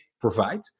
provide